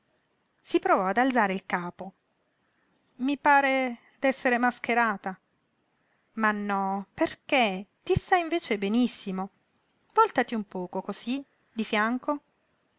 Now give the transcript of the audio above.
si provò ad alzare il capo i pare d'essere mascherata ma no perché ti sta invece benissimo vòltati un poco cosí di fianco